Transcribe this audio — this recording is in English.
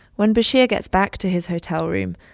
when bashir gets back to his hotel room,